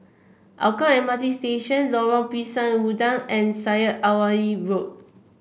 Hougang M R T Station Lorong Pisang Udang and Syed Alwi Road